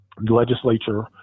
legislature